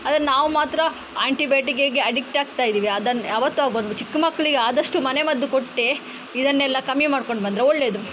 ಆದರೆ ನಾವು ಮಾತ್ರ ಆಂಟಿಬಯೋಟಿಕ್ಕಿಗೆ ಅಡಿಕ್ಟ್ ಆಗ್ತಾ ಇದ್ದೀವಿ ಅದನ್ನು ಚಿಕ್ಕ ಮಕ್ಕಳಿಗೆ ಆದಷ್ಟು ಮನೆಮದ್ದು ಕೊಟ್ಟೇ ಇದನ್ನೆಲ್ಲ ಕಮ್ಮಿ ಮಾಡ್ಕೊಂಡು ಬಂದರೆ ಒಳ್ಳೆಯದು